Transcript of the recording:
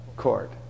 Court